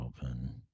open